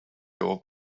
old